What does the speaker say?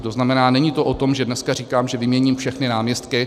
To znamená, není to o tom, že dneska říkám, že vyměním všechny náměstky.